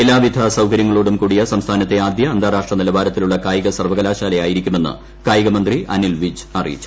എല്ലാവിധ സ്ത്രങ്കർച്ചങ്ങളോടും കൂടിയ സംസ്ഥാനത്തെ ആദ്യ അന്താരാഷ്ട്ര നില്ല്പികൃത്തിലുള്ള കായിക സർവകലാശാല യായിരിക്കുമെന്ന് കായിക്മന്ത്രി അനിൽവിജ് അറിയിച്ചു